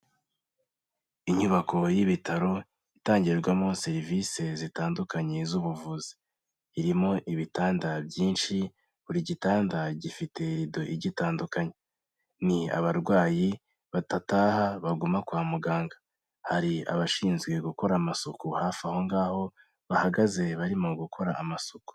Inyubako y'ibitaro itangirwamo serivise zitandukanye z'ubuvuzi, irimo ibitanda byinshi buri gitanda gifite rido gitandukanye, ni abarwayi badataha baguma kwa muganga, hari abashinzwe gukora amasuku hafi aho ngaho bahagaze barimo gukora amasuku.